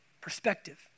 Perspective